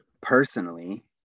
personally